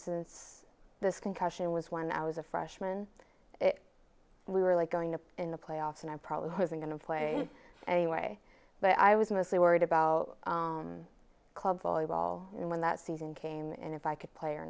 since this concussion was when i was a freshman we were like going to in the playoffs and i probably was going to play anyway but i was mostly worried about club volleyball and when that season came in if i could play or